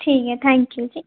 ठीक ऐ thank you ji